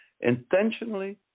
intentionally